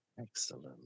Excellent